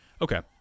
Okay